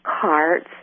carts